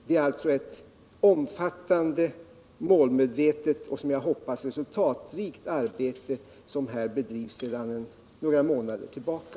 Det är alltså ett omfattande, målmedvetet och som jag hoppas resursrikt arbete som här bedrivs sedan några månader tillbaka.